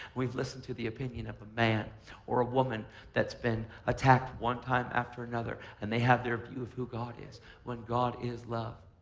we've listened to the opinion of a man or a woman that's been attacked one time after another and they have their view of who god is when god is love.